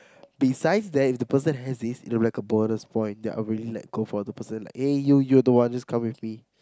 besides that if the person has this its like a bonus point they are really go for the person like eh you you are the one just come with me